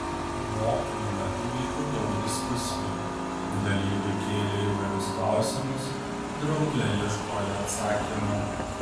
mokymų metu vyko daug diskusijų dalyviai kėlė įvairius klausimus drauge ieškojo atsakymų